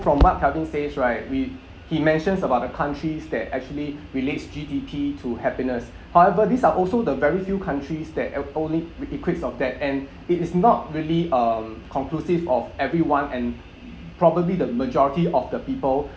from what calvin says right we he mentions about the countries that actually relates G_D_P to happiness however these are also the very few countries that equates of that and it is not really um conclusive of everyone and probably the majority of the people